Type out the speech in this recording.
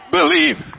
Believe